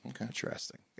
Interesting